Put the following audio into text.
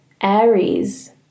Aries